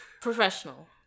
professional